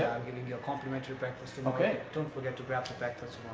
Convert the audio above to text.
giving you a complimentary breakfast. okay. don't forget to grab the breakfast